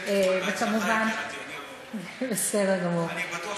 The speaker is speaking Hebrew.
אני בטוח שתגידי,